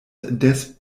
des